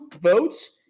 votes